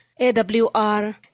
AWR